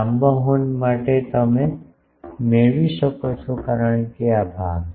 લાંબા હોર્ન માટે તમે મેળવી શકો છો કારણ કે આ ભાગ